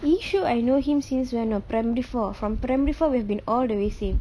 yishu I know him since when I'm primary four from primary four we have been all the way same